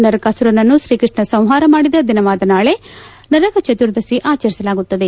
ನರಕಾಸುರನನ್ನು ಶ್ರೀಕೃಷ್ಣ ಸಂಹಾರ ಮಾಡಿದ ದಿನವಾದ ನಾಳೆ ನರಕಚತುರ್ದಶಿ ಆಚರಿಲಾಗುತ್ತದೆ